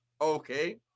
Okay